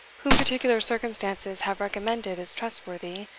whom particular circumstances have recommended as trustworthy,